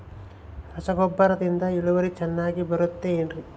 ರಸಗೊಬ್ಬರದಿಂದ ಇಳುವರಿ ಚೆನ್ನಾಗಿ ಬರುತ್ತೆ ಏನ್ರಿ?